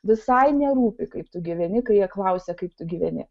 visai nerūpi kaip tu gyveni kai jie klausia kaip tu gyveni